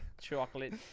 chocolate